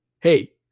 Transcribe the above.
hey